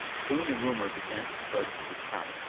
soon the rumour began to spread through the town,